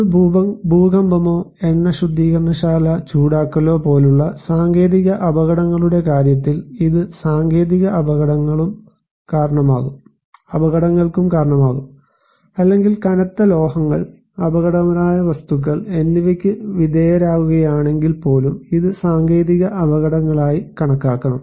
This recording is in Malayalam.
ഒരു ഭൂകമ്പമോ എണ്ണ ശുദ്ധീകരണശാല ചൂടാക്കലോ പോലുള്ള സാങ്കേതിക അപകടങ്ങളുടെ കാര്യത്തിൽ ഇത് സാങ്കേതിക അപകടങ്ങൾക്കും കാരണമാകും അല്ലെങ്കിൽ കനത്ത ലോഹങ്ങൾ അപകടകരമായ വസ്തുക്കൾ എന്നിവയ്ക്ക് വിധേയരാകുകയാണെങ്കിൽപ്പോലും ഇത് സാങ്കേതിക അപകടങ്ങളായി കണക്കാക്കണം